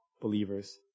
believers